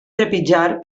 trepitjar